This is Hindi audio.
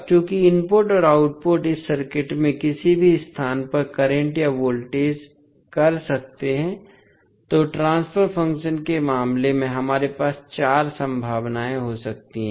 अब चूंकि इनपुट और आउटपुट इस सर्किट में किसी भी स्थान पर करंट या वोल्टेज कर सकते हैं तोट्रांसफर फ़ंक्शन के मामले में हमारे पास चार संभावनाएं हो सकती हैं